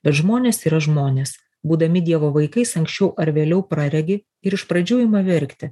bet žmonės yra žmonės būdami dievo vaikais anksčiau ar vėliau praregi ir iš pradžių ima verkti